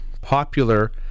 popular